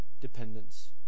dependence